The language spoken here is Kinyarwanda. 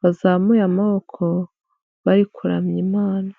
bazamuye amaboko bari kuramya imana.